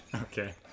okay